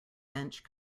bench